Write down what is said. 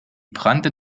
brannte